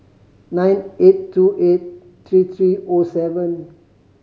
nine eight two eight three three O seven